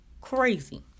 crazy